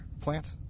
plant